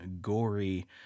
gory